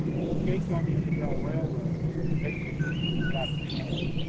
who escaped on the underground railroad, and made this speech when he got to canada,